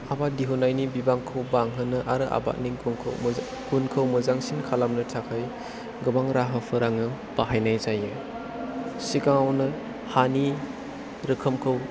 आबाद दिहुननायनि बिबांखौ बांहोनो आरो आबादनि गुनखौ मोजांसिन खालामनो थाखाय गोबां राहाफोरानो बाहायनाय जायो सिगाङावनो हानि रोखोमखौ